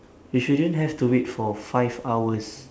you shouldn't have to wait for five hours